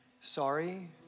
Sorry